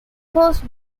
course